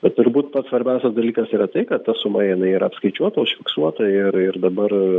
bet turbūt pats svarbiausias dalykas yra tai kad ta suma jinai yra apskaičiuota užfiksuota ir ir dabar